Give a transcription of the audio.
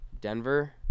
Denver